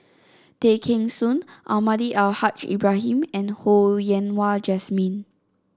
Tay Kheng Soon Almahdi Al Haj Ibrahim and Ho Yen Wah Jesmine